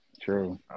true